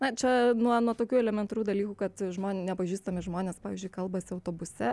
na čia nuo nuo tokių elementarių dalykų kad žmon nepažįstami žmonės pavyzdžiui kalbasi autobuse